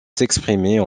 s’exprimer